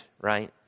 right